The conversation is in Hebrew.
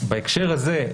בהקשר הזה,